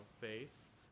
face